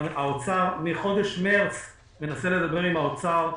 ומחודש מרס מנסה לדבר עם האוצר.